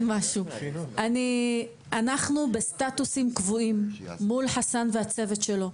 אנחנו בסטטוסים קבועים מול חסאן והצוות שלו,